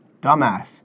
Dumbass